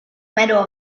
medal